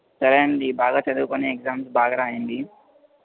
సరే అండి బాగా చదువుకోని ఎగ్జామ్స్ బాగా రాయండి